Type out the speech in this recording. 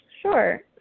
Sure